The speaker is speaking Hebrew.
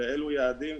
לאילו יעדים,